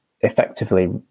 effectively